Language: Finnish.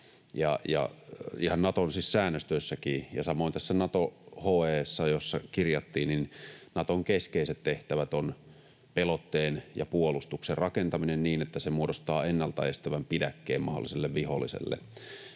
siis Naton säännöstössäkin ja samoin tässä Nato-HE:ssä, jossa ne kirjattiin, Naton keskeiset tehtävät ovat pelotteen ja puolustuksen rakentaminen niin, että se muodostaa ennalta estävän pidäkkeen mahdolliselle viholliselle.